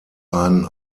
ein